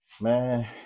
Man